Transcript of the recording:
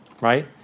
right